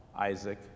Isaac